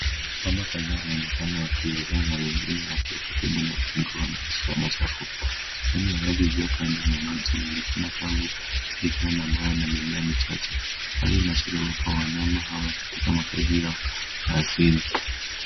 Mamba kadhaa wanaonekana wakiogea na wengine wakiwa karibu na ukingo wa maji chafu. Sehemu ya ardhi iliyo kando ya maji inaonekana kavu ikiwa na mawe na mimea michache. Hali inaashiria uwepo wa wanyama hawa katika makazi yao ya asili.